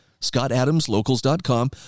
scottadamslocals.com